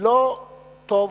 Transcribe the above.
לא טוב